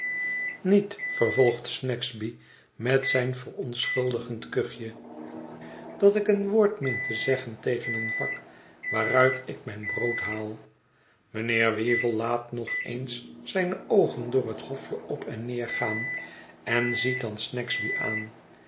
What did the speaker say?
niet vervolgt snagsby met zijn verontschuldigend kuchje dat ik een woord meen te zeggen tegen een vak waaruit ik mijn brood haal mijnheer weevle laat nog eens zijne oogen door het hofje op en neer gaan en ziet dan snagsby aan